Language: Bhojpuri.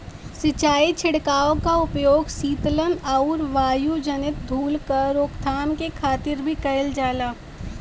सिंचाई छिड़काव क उपयोग सीतलन आउर वायुजनित धूल क रोकथाम के खातिर भी कइल जाला